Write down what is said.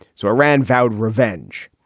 so iran vowed revenge.